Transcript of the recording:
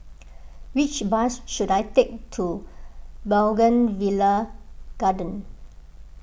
which bus should I take to Bougainvillea Garden